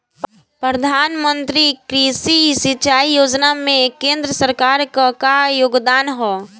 प्रधानमंत्री कृषि सिंचाई योजना में केंद्र सरकार क का योगदान ह?